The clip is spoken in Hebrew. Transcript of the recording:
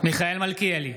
מיכאל מלכיאלי,